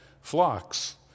flocks